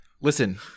Listen